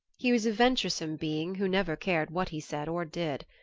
he was a venturesome being who never cared what he said or did.